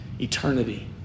Eternity